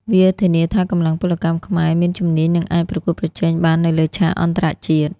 វាធានាថាកម្លាំងពលកម្មខ្មែរមានជំនាញនិងអាចប្រកួតប្រជែងបាននៅលើឆាកអន្តរជាតិ។